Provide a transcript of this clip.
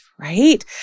Right